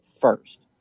first